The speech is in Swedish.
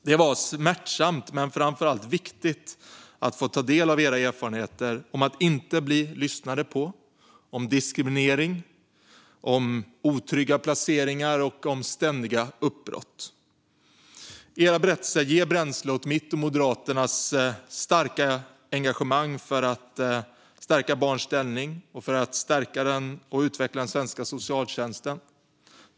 Det var smärtsamt, men framför allt viktigt, att få ta del av era erfarenheter av att inte bli lyssnade på. Det handlade om diskriminering, om otrygga placeringar och om ständiga uppbrott. Era berättelser ger bränsle åt mitt och Moderaternas starka engagemang för att stärka barns ställning och för att stärka och utveckla den svenska socialtjänsten.